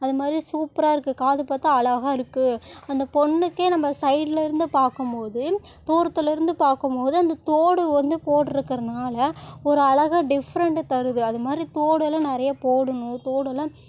அது மாதிரி சூப்பராக இருக்குது காது பார்த்தா அழகா இருக்குது அந்த பொண்ணுக்கே நம்ம சைடில் இருந்து பார்க்கும் போது தூரத்தில் இருந்து பார்க்கும் போது அந்த தோடு வந்து போட்டிருக்கறதுனால ஒரு அழகாக டிஃப்ரெண்டு தருது அது மாதிரி தோடெல்லாம் நிறைய போடணும் தோடெல்லாம்